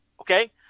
okay